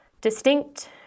distinct